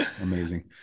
Amazing